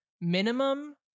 Minimum